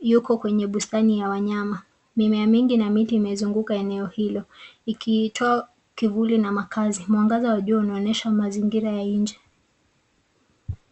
yuko kwenye bustani ya wanyama. Mimea mingi na miti imezunguka eneo hilo ikiitoa kivuli na makazi mwangaza wajua unaonyesha mazingira ya nje.